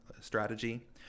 strategy